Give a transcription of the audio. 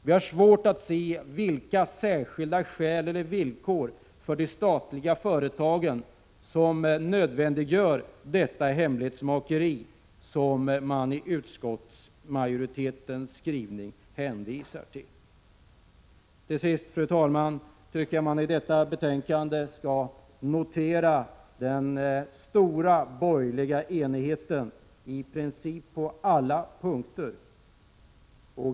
Vi har svårt att se vilka särskilda skäl eller villkor för de statliga företagen som nödvändiggör det hemlighetsmakeri som utskottsmajoriteten hänvisar till i sin skrivning. Till sist, fru talman, tycker jag att man i detta betänkande skall notera den stora borgerliga enigheten i princip på alla punkter.